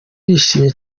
bishimye